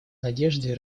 надеждой